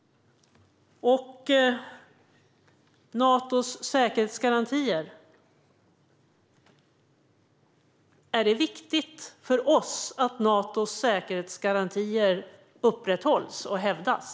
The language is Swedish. Är det viktigt för oss att Natos säkerhetsgarantier upprätthålls och hävdas?